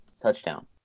touchdown